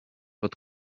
pod